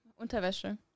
Unterwäsche